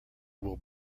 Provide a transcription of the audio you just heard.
will